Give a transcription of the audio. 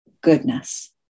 goodness